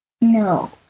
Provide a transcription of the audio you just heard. No